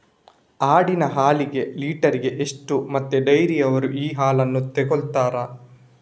ಆಡಿನ ಹಾಲಿಗೆ ಲೀಟ್ರಿಗೆ ಎಷ್ಟು ಮತ್ತೆ ಡೈರಿಯವ್ರರು ಈ ಹಾಲನ್ನ ತೆಕೊಳ್ತಾರೆ?